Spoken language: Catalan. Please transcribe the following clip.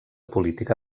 política